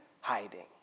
hiding